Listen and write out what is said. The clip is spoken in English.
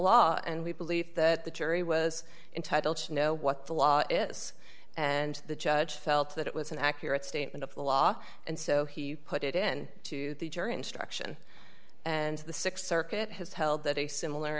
law and we believe that the jury was entitled to know what the law is and the judge felt that it was an accurate statement of the law and so he put it in to the jury instruction and the th circuit has held that a similar